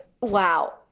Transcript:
Wow